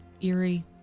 eerie